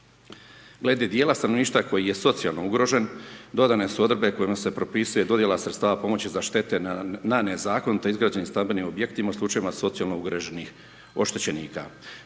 Glede dijela stanovništva koji je socijalno ugrožen dodane su odredbe kojima se propisuje dodjela sredstava pomoći za štete na nezakonito izgrađenim stambenim objektima u slučajevima socijalno ugroženih oštećenika.